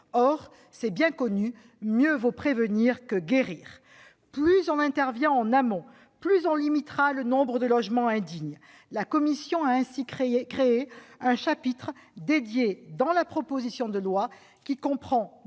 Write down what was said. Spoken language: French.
Or c'est bien connu :« Mieux vaut prévenir que guérir. » Plus on intervient en amont, plus on limitera le nombre de logements indignes. La commission a ainsi créé un chapitre spécifique dans la proposition de loi qui comprend